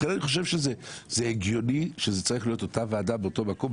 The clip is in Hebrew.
לכן זה הגיוני שזו צריכה להיות אותה ועדה באותו מקום.